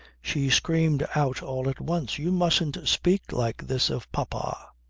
she screamed out all at once you mustn't speak like this of papa!